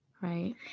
Right